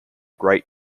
great